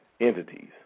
entities